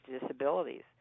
disabilities